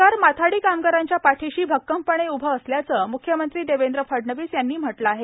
सरकार माथाडी कामगारांच्या पाठीशी भक्कमपणे उभं असल्याचं मुख्यमंत्री देवेंद्र फडणवीस यांनी म्हटलं आहे